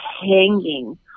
hanging